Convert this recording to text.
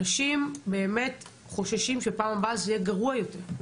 אנשים חוששים שבפעם הבאה זה יהיה גרוע יותר,